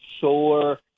solar